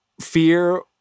fear